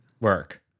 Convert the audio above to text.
Work